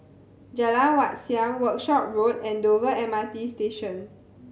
Jalan Wat Siam Workshop Road and Dover M R T Station